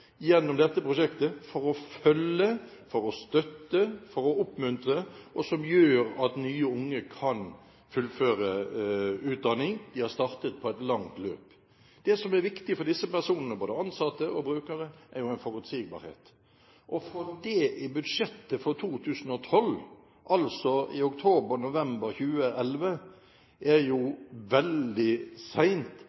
gjennom dette prosjektet for å følge, for å støtte, for å oppmuntre, og det gjør at nye unge kan fullføre utdanningen. De har startet på et langt løp. Det som er viktig for disse personene – både ansatte og brukere – er forutsigbarhet. Å få det inn i budsjettet for 2012 – altså i oktober/november 2011 – er